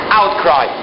outcry